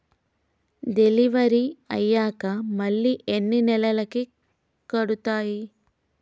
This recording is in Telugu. డెలివరీ అయ్యాక మళ్ళీ ఎన్ని నెలలకి కడుతాయి?